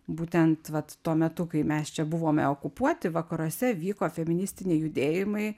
būtent vat tuo metu kai mes čia buvome okupuoti vakaruose vyko feministiniai judėjimai